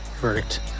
Verdict